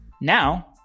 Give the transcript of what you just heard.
Now